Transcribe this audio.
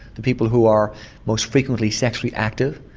the people who are most frequently sexually active,